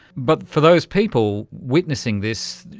but for those people witnessing this,